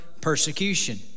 persecution